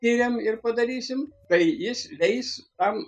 tiriam ir padarysim tai jis leis tam